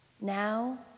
now